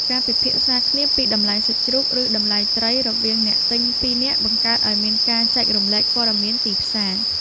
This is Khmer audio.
ការពិភាក្សាគ្នាពីតម្លៃសាច់ជ្រូក ឬតម្លៃត្រីរវាងអ្នកទិញពីរនាក់បង្កើតឱ្យមានការចែករំលែកព័ត៌មានទីផ្សារ។